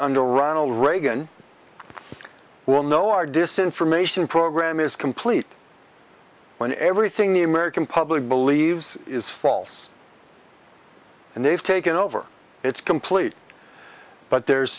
under ronald reagan will know our descent from ation program is complete when everything the american public believes is false and they've taken over it's complete but there